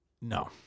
No